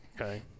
okay